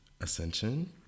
Ascension